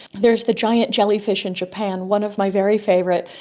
there is the giant jellyfish in japan, one of my very favourite.